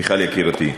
מיכל, יקירתי,